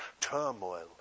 Turmoil